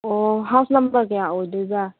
ꯑꯣ house number ꯀꯌꯥ ꯑꯣꯏꯗꯣꯏꯕ